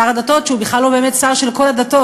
שר הדתות שהוא בכלל לא באמת שר של כל הדתות,